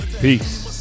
Peace